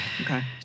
Okay